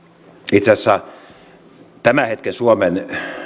itse asiassa tämän hetken suomen